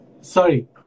sorry